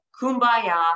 kumbaya